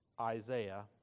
Isaiah